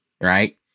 right